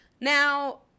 Now